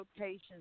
locations